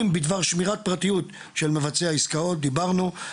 בדבר שמירת פרטיות של מבצעי העסקאות" דיברנו על זה.